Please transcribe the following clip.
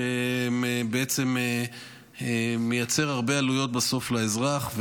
שבעצם מייצר בסוף הרבה עלויות לאזרח.